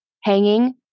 Hanging